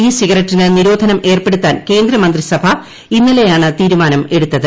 E സിഗരറ്റിന് നിരോധനം ഏർപ്പെടുത്താൻ കേന്ദ്ര മന്ത്രിസഭ ഇന്നലെയാണ് തീരുമാനം എടുത്തത്